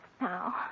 Now